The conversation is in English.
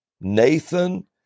Nathan